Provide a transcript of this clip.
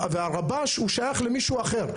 והרב"ש הוא שייך למישהו אחר,